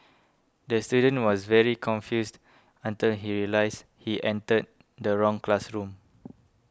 the student was very confused until he realised he entered the wrong classroom